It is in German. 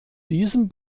diesem